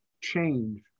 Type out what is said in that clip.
change